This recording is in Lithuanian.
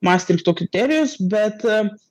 mastrichto kriterijus bet